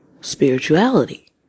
spirituality